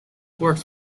works